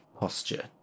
posture